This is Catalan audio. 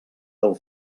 del